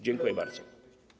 Dziękuję bardzo.